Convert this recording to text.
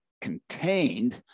contained